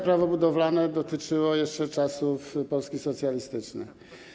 Prawo budowalne dotyczyło jeszcze czasów Polski socjalistycznej.